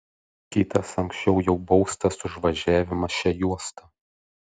kitas anksčiau jau baustas už važiavimą šia juosta